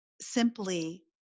simply